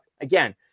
again